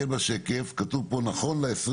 בשקף, וכתוב פה, נכון ל-24